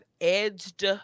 edged